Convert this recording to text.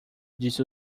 disse